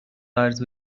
قرض